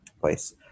place